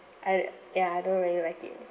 I ya I don't really like it